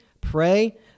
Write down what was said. pray